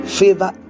favor